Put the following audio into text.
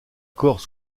corps